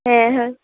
ᱦᱮᱸ